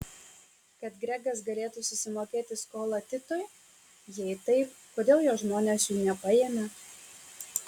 kad gregas galėtų sumokėti skolą titui jei taip kodėl jo žmonės jų nepaėmė